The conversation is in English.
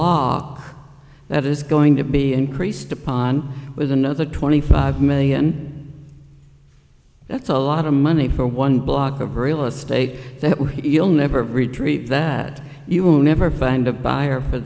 blog that is going to be increased upon with another twenty five million that's a lot of money for one block of real estate that will he'll never retreat that you will never find a buyer for